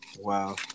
Wow